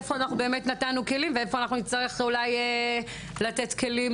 שבאמת אין שום הלימה למציאות.